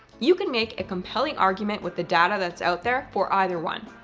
you can make a compelling argument with the data that's out there for either one.